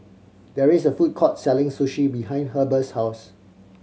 there is a food court selling Sushi behind Heber's house